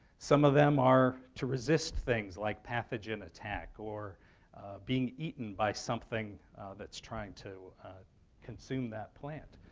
some of them are to resist things like pathogen attack or being eaten by something that's trying to consume that plant.